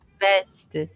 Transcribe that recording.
best